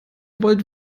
wollt